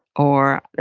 or,